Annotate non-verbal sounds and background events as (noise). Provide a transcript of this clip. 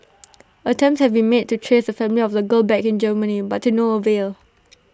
attempts have been made to trace the family of the girl back in Germany but to no avail (noise)